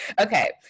Okay